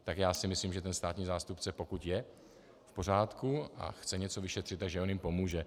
Tak si myslím, že ten státní zástupce, pokud je v pořádku a chce něco vyšetřit, tak že on jim pomůže.